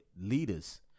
leaders